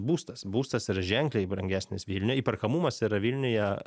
būstas būstas yra ženkliai brangesnis vilniuj įperkamumas yra vilniuje